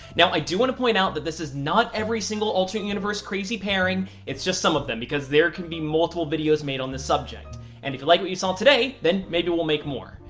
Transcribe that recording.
now i do want to point out that this is not every single alternate universe crazy pairing. it's just some of them because there can be multiple videos made on the subject and if you like what you saw today, then maybe we'll make more.